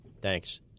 Thanks